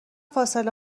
فاصله